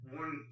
one